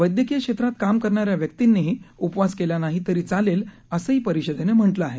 वैद्यकीय क्षेत्रात काम करणाऱ्या व्यक्तींनीही उपवास केला नाही तरी चालेल असंही परिषदेनं म्हटलं आहे